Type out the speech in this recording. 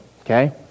okay